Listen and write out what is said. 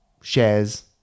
shares